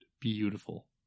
beautiful